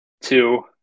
two